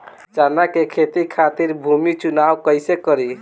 चना के खेती खातिर भूमी चुनाव कईसे करी?